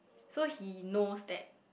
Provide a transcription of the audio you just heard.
so he knows that